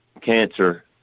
cancer